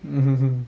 mm